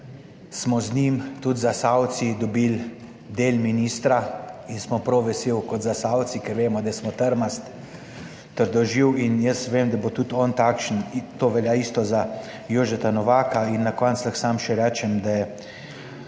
smo z njim tudi Zasavci dobili del ministra in smo prav vesel kot Zasavci, ker vemo, da smo trmast, trdoživ in jaz vem, da bo tudi on takšen. In to velja isto za Jožeta Novaka. In na koncu lahko samo še rečem, da